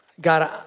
God